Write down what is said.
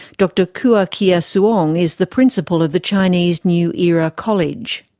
dr kua kia soong is the principal of the chinese new era college.